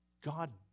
God